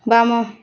ବାମ